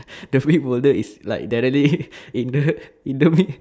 the big boulder is like directly in the in the in the mid~